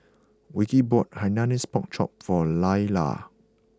Wilkie bought Hainanese Pork Chop for Lailah